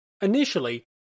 initially